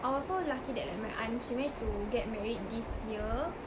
I was so lucky that like my aunt she managed to get married this year